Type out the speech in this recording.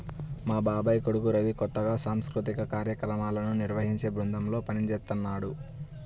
మా బాబాయ్ కొడుకు రవి కొత్తగా సాంస్కృతిక కార్యక్రమాలను నిర్వహించే బృందంలో పనిజేత్తన్నాడు